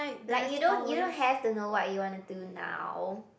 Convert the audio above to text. like you don't you don't have to know what you wanna do now